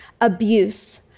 abuse